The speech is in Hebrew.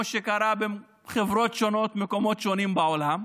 שקרה בחברות שונות ובמקומות שונים בעולם.